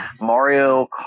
Mario